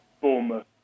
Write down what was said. Bournemouth